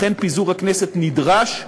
לכן פיזור הכנסת נדרש,